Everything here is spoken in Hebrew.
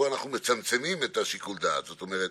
לעמוד במבחן לא פשוט של הוראה מרחוק והביאה לתוצאות אקדמיות תואמות,